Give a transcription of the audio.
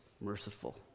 merciful